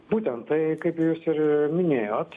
būtent tai kaip jūs ir minėjot